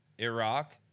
Iraq